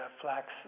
flax